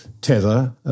Tether